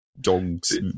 dogs